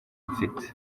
mfite